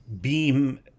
beam